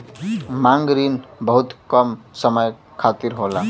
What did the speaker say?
मांग रिन बहुत कम समय खातिर होला